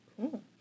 Cool